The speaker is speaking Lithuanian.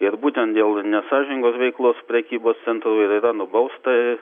ir būtent dėl nesąžiningos veiklos prekybos centrų ir yra nubausta